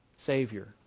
Savior